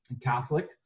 Catholic